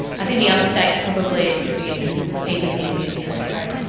i think the other states probably it could be even even easier to integrate.